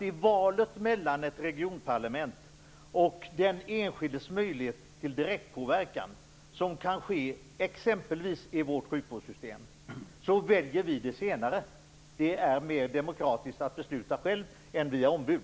I valet mellan ett regionparlament och den enskildes möjligheter till direktpåverkan, som kan ske exempelvis i vårt sjukvårdssystem, väljer vi det senare. Det är mer demokratiskt att besluta själv än via ombud.